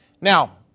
Now